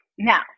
Now